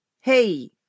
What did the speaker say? Hey